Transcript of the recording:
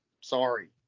Sorry